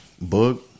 Book